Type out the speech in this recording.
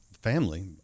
family